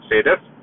status